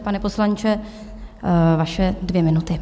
Pane poslanče, vaše dvě minuty.